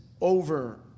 over